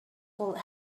would